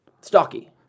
stocky